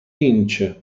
inc